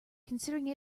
considering